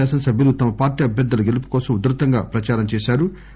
శాసనసభ్యులు తమ పార్టీ అభ్యర్థుల గెలుపుకోసం ఉదృతంగా ప్రచారం చేశారు